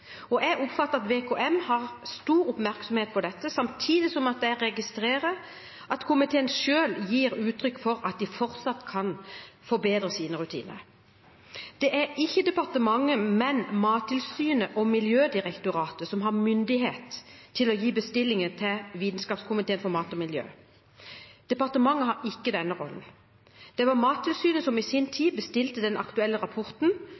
Jeg oppfatter at VKM har stor oppmerksomhet på dette, samtidig som jeg registrerer at komiteen selv gir uttrykk for at de fortsatt kan forbedre sine rutiner. Det er ikke departementet, men Mattilsynet og Miljødirektoratet som har myndighet til å gi bestillinger til Vitenskapskomiteen for mat og miljø. Departementet har ikke denne rollen. Det var Mattilsynet som i sin tid bestilte den aktuelle rapporten